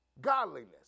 Godliness